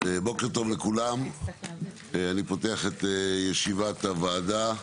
בוקר טוב לכולם, אני פותח את ישיבת הוועדה.